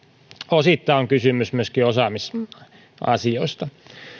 osittain on kysymys myöskin osaamisasioista